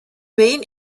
main